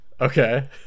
Okay